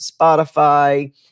Spotify